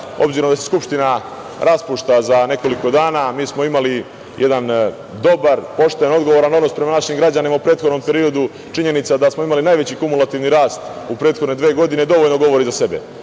obzirom da se Skupština raspušta za nekoliko dana, mi smo imali jedan dobar, pošten, odgovoran odnos prema našim građanima u prethodnom periodu. Činjenica da smo imali najveći kumulativni rast u prethodne dve godine dovoljno govori za sebe,